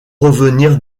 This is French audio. devenir